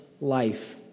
life